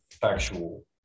factual